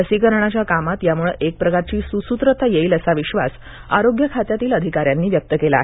लसीकरणाच्या कामात यामुळं एकप्रकारची सुसूत्रता येईल असा विश्वास आरोग्य खात्यातील अधिकाऱ्यांनीही व्यक्त केला आहे